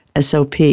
SOP